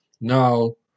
no